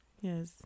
yes